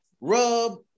rub